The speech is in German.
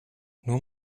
nur